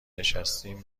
نشستیم